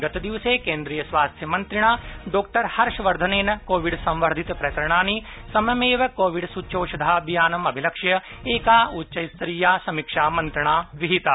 गतदिवसे केन्द्रीय स्वास्थ्य मंत्रिणा डॉ हर्षवर्धनेन कोविड संवर्द्धित प्रकरणानि सममेव कोविड सूच्चौषधाभियानम् अभिलक्ष्य एका उच्चतस्तरीया समीक्षामंत्रणा विहिता